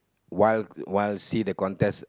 while while see the contest